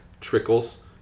trickles